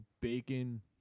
bacon